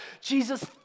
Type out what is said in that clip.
Jesus